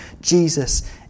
Jesus